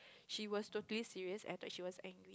she was totally serious I thought she was angry